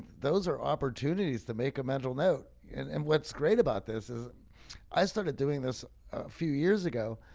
those are opportunities to make a mental note. and and what's great about this is i started doing this a few years ago.